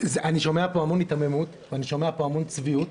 אני שומע פה המון היתממות ואני שומע פה המון צביעות,